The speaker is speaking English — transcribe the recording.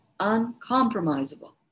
uncompromisable